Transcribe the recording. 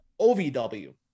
OVW